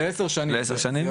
לעשר שנים.